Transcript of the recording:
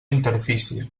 interfície